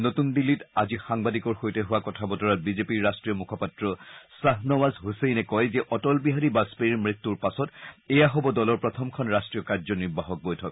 নতুন দিল্লীত আজি সাংবাদিকৰ সৈতে হোৱা কথা বতৰাত বিজেপিৰ ৰাষ্ট্ৰীয় মুখপাত্ৰ শ্বাহনৱাজ হুছেইনে কয় যে অটল বিহাৰী বাজপেয়ীৰ মৃত্যূৰ পাছত এয়া হব দলৰ প্ৰথমখন ৰাষ্ট্ৰীয় কাৰ্যনিৰ্বাহক বৈঠক